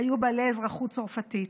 היו בעלי אזרחות צרפתית.